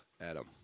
Adam